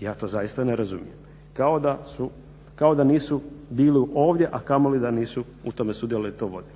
Ja to zaista ne razumijem. Kao da su, kao da nisu bili ovdje a kamoli da nisu u tome sudjelovali i to vodili.